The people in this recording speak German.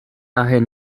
daher